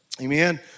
amen